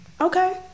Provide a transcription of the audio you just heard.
okay